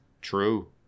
True